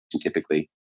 typically